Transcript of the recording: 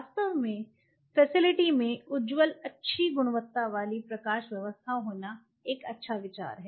वास्तव में फैसिलिटी में उज्ज्वल अच्छी गुणवत्ता वाली प्रकाश व्यवस्था होना एक अच्छा विचार है